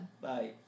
Bye